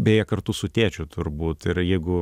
beje kartu su tėčiu turbūt ir jeigu